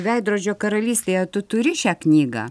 veidrodžio karalystėje tu turi šią knygą